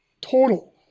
total